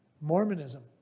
Mormonism